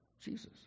Jesus